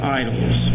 idols